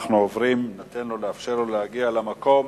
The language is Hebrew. אנחנו עוברים, נאפשר לו להגיע למקום,